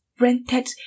rented